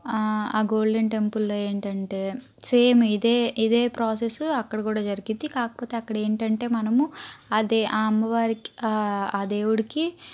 golden టెంపుల్లో ఏంటంటే same ఇదే ఇదే ప్రాసెస్ అక్కడ కూడా జరిగిద్ది కాకపోతే అక్కడ ఏంటంటే మనము అదే ఆ అమ్మవారికి ఆ దేవుడికి